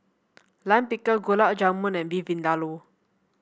Lime Pickle Gulab Jamun and Beef Vindaloo